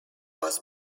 was